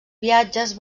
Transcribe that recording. viatges